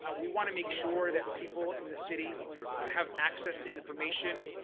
ah we want to make sure that people in the city have access to information.